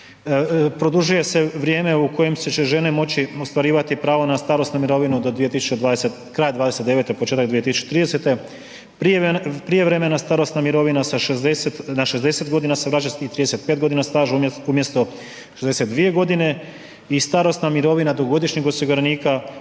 Produžuje se vrijeme u kojem će žene moći ostvarivati pravo na starosnu mirovinu do kraja 2029. početak 2030. prijevremena starosna mirovina sa 60, na 60 godina se vraća i 35 godina staža umjesto 62 godine. I starosna mirovina do godišnjeg osiguranika